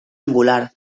angular